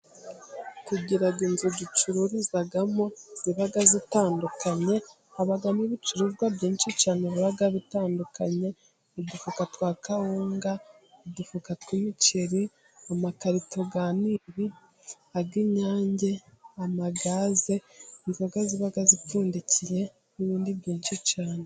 Tugira inzu ducururizamo ziba zitandukanye, habamo ibicuruzwa byinshi cyane biba bitandukanye: udufuka twa kawunga, udufuka tw'umuceri, amakarito ya Nili, ay'Inyange, amagaze, inzoga ziba zipfundikiye, n'ibindi byinshi cyane.